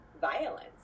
violence